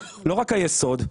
לא רק היסוד,